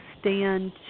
stand